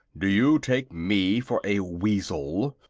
do you take me for a weasel?